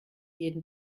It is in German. jeden